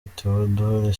tewodori